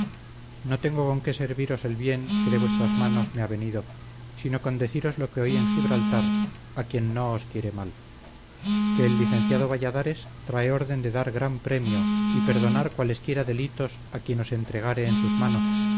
no tengo con que serviros el bien que de vuestras manos me ha venido sino con deciros lo que oí en gibraltar a quien no os quiere mal que el licenciado valladares trae orden de dar gran premio y perdonar cualesquiera delitos a quien os entregare en sus manos